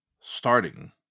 starting